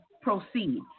proceed